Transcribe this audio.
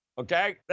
okay